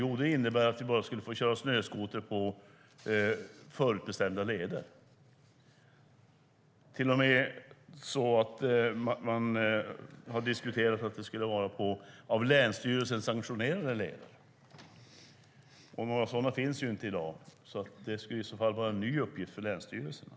Jo, det innebär att vi bara skulle få köra snöskoter på förutbestämda leder. Det har till och med diskuterats att man bara skulle få köra på leder sanktionerade av länsstyrelsen. Några sådana finns ju inte i dag, så det skulle i så fall vara en ny uppgift för länsstyrelserna.